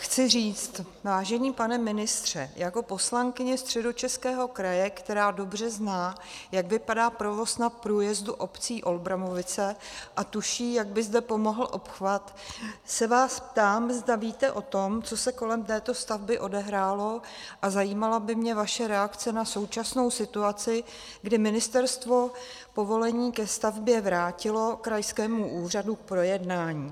Chci říct, vážený pane ministře, jako poslankyně Středočeského kraje, která dobře zná, jak vypadá provoz na průjezdu obcí Olbramovice, a tuší, jak by zde pomohl obchvat, se vás ptám, zda víte o tom, co se kolem této stavby odehrálo, a zajímala by mě vaše reakce na současnou situaci, kdy Ministerstvo povolení ke stavbě vrátilo krajskému úřadu k projednání.